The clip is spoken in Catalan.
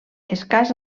escàs